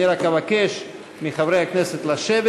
רק אבקש מחברי הכנסת לשבת.